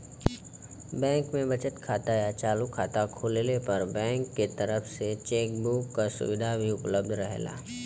bank में बचत खाता या चालू खाता खोलले पर बैंक के तरफ से चेक बुक क सुविधा भी उपलब्ध रहेला